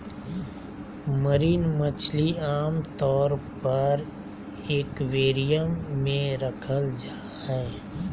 marine मछली आमतौर पर एक्वेरियम मे रखल जा हई